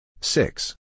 Six